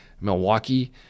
Milwaukee